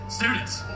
Students